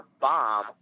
bomb